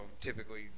typically